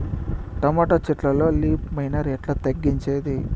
Tomato చెట్లల్లో leaf miner ఎట్లా తగ్గించేది?